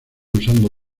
usando